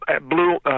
Blue